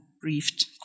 briefed